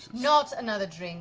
not another